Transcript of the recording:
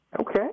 Okay